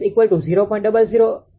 0072539 એકમ દીઠ છે